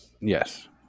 Yes